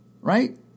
right